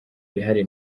rihari